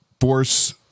force